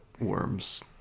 worms